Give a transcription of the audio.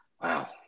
Wow